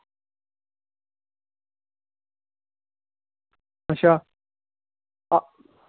अच्छा